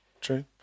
True